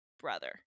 brother